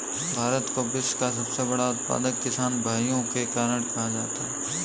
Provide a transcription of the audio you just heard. भारत को विश्व का सबसे बड़ा उत्पादक किसान भाइयों के कारण कहा जाता है